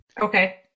Okay